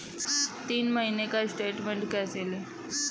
तीन महीने का स्टेटमेंट कैसे लें?